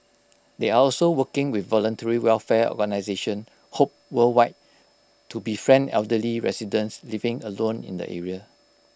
they are also working with voluntary welfare organisation hope worldwide to befriend elderly residents living alone in the area